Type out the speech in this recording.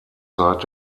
zeit